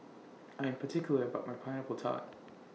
I Am particular about My Pineapple Tart